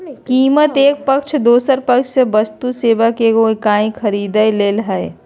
कीमत एक पक्ष दोसर पक्ष से वस्तु सेवा के एगो इकाई खरीदय ले दे हइ